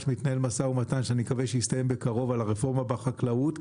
מתנהל משא ומתן שאני מקווה שיסתיים בקרוב על הרפורמה בחקלאות,